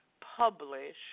publish